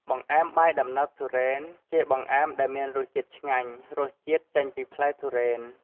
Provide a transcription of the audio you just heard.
បង្អែមបាយដំណើបទុរេន ជាបង្អែមដែលមានរសជាតិឆ្ងាញ់ រសជាតិចេញពីផ្លែទុរេន។